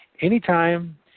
anytime